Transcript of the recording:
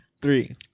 Three